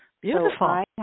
Beautiful